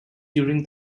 during